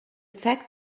fact